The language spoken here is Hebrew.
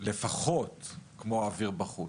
לפחות כמו האוויר בחוץ.